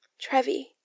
Trevi